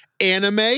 anime